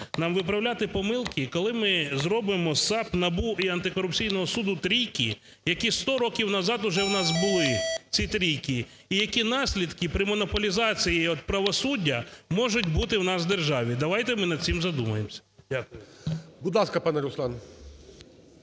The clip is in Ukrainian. нам виправляти помилки, коли ми зробимоЮ САП, НАБУ і антикорупційного суду - трійки, які 100 років назад вже у нас були ці трійки, і які наслідки при монополізації от правосуддя можуть бути у нас в державі. Давайте ми над цим задумаємося. Дякую. ГОЛОВУЮЧИЙ. Будь ласка, пане Руслан.